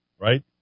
right